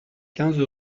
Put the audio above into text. quinze